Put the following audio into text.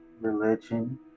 religion